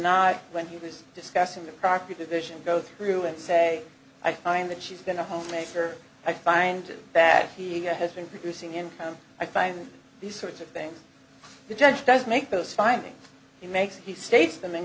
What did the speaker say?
not when he was discussing the property division go through and say i find that she's been a homemaker i find bad he has been producing income i find these sorts of things the judge does make those findings he makes and he states them in